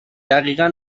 دقیقا